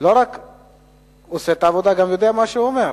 לא רק עושה את העבודה אלא גם יודע מה הוא אומר.